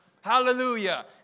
Hallelujah